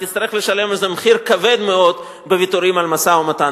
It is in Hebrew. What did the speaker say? תצטרך לשלם על זה מחיר כבד מאוד בוויתורים על משא-ומתן.